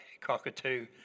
cockatoo